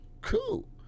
Cool